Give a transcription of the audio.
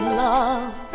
love